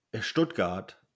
Stuttgart